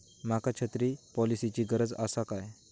माका छत्री पॉलिसिची गरज आसा काय?